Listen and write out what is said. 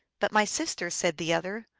but, my sister, said the other,